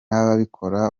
ababikora